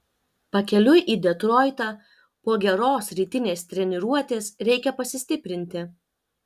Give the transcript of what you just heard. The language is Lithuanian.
pakeliui į detroitą po geros rytinės treniruotės reikia pasistiprinti